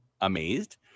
amazed